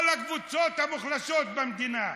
כל הקבוצות המוחלשות במדינה,